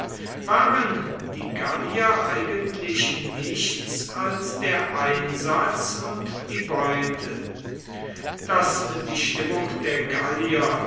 waren die gallier eigentlich nichts als der einsatz und die beute daß die stimmung der gallier